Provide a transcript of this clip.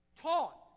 taught